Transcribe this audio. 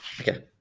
Okay